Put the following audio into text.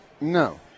No